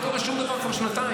לא קורה שום דבר כבר שנתיים.